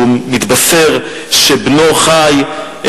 שהוא מתבשר שבנו חי,